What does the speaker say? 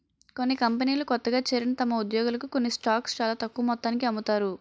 కొన్ని కంపెనీలు కొత్తగా చేరిన తమ ఉద్యోగులకు కొన్ని స్టాక్స్ చాలా తక్కువ మొత్తానికి అమ్ముతారు